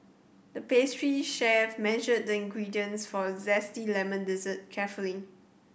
the pastry chef measured the ingredients for a zesty lemon dessert carefully